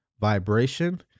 Vibration